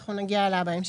אנחנו נגיע אליה בהמשך.